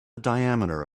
diameter